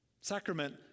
Sacrament